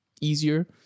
easier